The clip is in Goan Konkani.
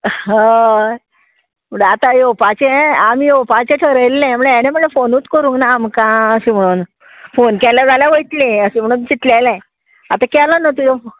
हय म्हणटा आतां येवपाचें आमी येवपाचें ठरयल्लें म्हळ्यार हेणें म्हळ्यार फोनूत करूंक ना आमकां अशें म्हणून फोन केलें जाल्यार वयतलीं अशें म्हणून चितलेलें आतां केलो न्हू तुंयें फोन